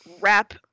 wrap